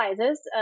sizes